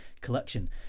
collection